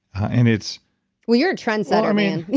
and it's well, you're a trendsetter, man.